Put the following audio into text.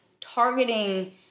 targeting